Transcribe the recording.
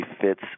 fits